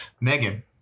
Megan